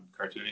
cartooning